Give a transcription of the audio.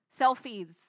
selfies